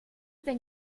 denn